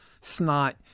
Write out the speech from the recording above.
snot